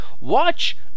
Watch